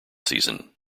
season